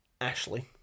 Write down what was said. Ashley